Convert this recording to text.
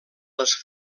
les